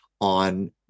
on